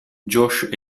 josh